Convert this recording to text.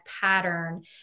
pattern